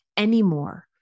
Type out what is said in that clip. anymore